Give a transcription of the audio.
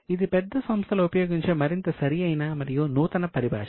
ఇది పెద్ద సంస్థ లు ఉపయోగించే మరింత సరి అయిన మరియు నూతన పరిభాష